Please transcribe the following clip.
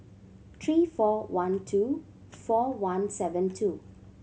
three four one two four one seven two